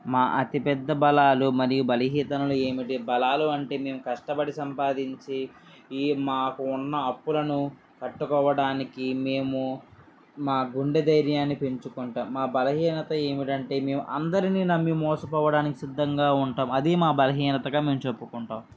మా అతిపెద్ద బలాలు మరియు బలహీనతలు ఏమిటి బలాలు అంటే నేను కస్టపడి సంపాదించి ఈ మాకు ఉన్న అప్పులను కట్టుకోవడానికి మేము మా గుండె ధైర్యాన్ని పెంచుకుంటాం మా బలహీనత ఏమిటంటే మేము అందరినీ నమ్మి మోసపోవడానికి సిద్ధంగా ఉంటాం అది మా బలహీనతగా మేము చెప్పుకుంటాం